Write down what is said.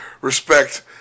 respect